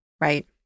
Right